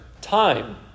time